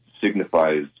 signifies